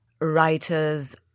writers